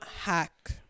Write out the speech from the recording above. hack